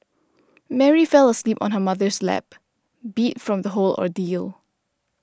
Mary fell asleep on her mother's lap beat from the whole ordeal